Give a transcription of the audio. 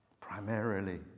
primarily